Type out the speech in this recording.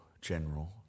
general